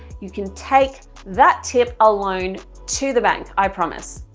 you can take that tip alone to the bank i promise.